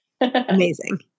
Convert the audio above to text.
amazing